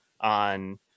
on